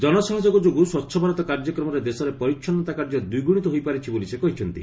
ଜନ ସହଯୋଗ ଯୋଗୁଁ ସ୍ୱଚ୍ଚ ଭାରତ କାର୍ଯ୍ୟକ୍ରମରେ ଦେଶରେ ପରିଚ୍ଛନ୍ୱତା କାର୍ଯ୍ୟ ଦ୍ୱିଗୁଣିତ ହୋଇପାରିଛି ବୋଲି ସେ କହିଚ୍ଛନ୍ତି